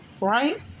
right